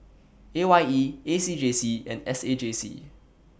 A Y E A C J C and S A J C